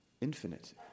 infinite